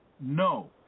No